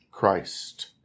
Christ